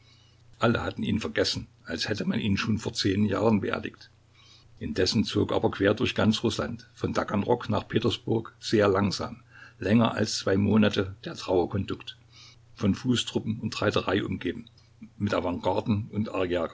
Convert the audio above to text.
alle hatten ihn vergessen als hätte man ihn schon vor zehn jahren beerdigt indessen zog aber quer durch ganz rußland von taganrog nach petersburg sehr langsam länger als zwei monate der trauerkondukt von fußtruppen und reiterei umgeben mit avantgarden und